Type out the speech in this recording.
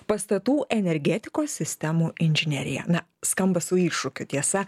pastatų energetikos sistemų inžinerija na skamba su iššūkiu tiesa